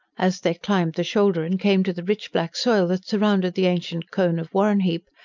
as they climbed the shoulder and came to the rich, black soil that surrounded the ancient cone of warrenheip,